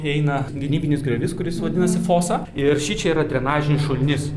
eina gynybinis griovys kuris vadinasi fosa ir šičia yra drenažinis šulinys